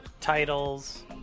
titles